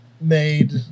made